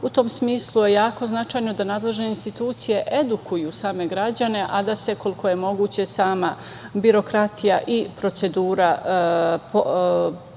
U tom smislu je jako značajno da nadležne institucije edukuju same građane, a da se koliko je moguće sama birokratija i procedura